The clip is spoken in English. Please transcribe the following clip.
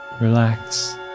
relax